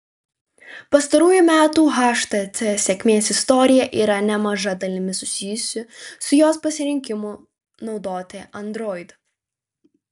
pastarųjų metų htc sėkmės istorija yra nemaža dalimi susijusi su jos pasirinkimu naudoti android